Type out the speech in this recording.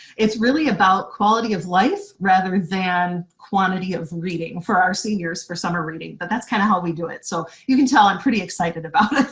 it's really about quality of life rather than quantity of reading for our seniors for summer reading, but that's kind of how we do it. so you can tell i'm pretty excited about